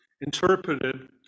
interpreted